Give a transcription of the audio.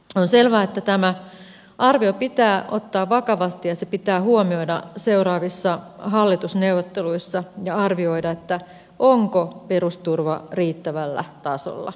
on selvää että tämä arvio pitää ottaa vakavasti ja se pitää huomioida seuraavissa hallitusneuvotteluissa ja arvioida että onko perusturva riittävällä tasolla